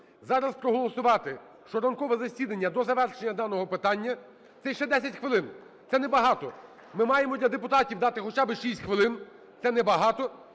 Зараз проголосувати, що ранкове засідання до завершення даного питання, це ще 10 хвилин, це небагато. Ми маємо для депутатів дати хоча би 6 хвилин, це небагато.